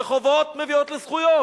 וחובות מביאות לזכויות.